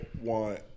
want